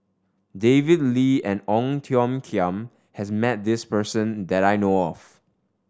David Lee and Ong Tiong Khiam has met this person that I know of